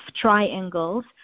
triangles